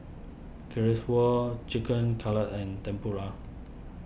Chicken Cutlet and Tempura